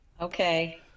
Okay